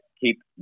keep